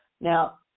Now